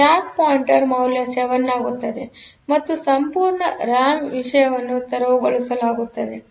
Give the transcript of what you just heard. stock pointer ಮೌಲ್ಯ 7 ಆಗುತ್ತದೆ ಮತ್ತು ಸಂಪೂರ್ಣ ರ್ಯಾಮ್ ವಿಷಯವನ್ನು ತೆರವುಗೊಳಿಸಲಾಗುತ್ತದೆ